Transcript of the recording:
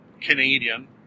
Canadian